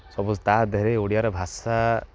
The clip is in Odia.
ସବୁ ତା'ଦେହରେ ଓଡ଼ିଆର ଭାଷା